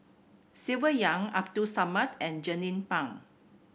Silvia Yong Abdul Samad and Jernnine Pang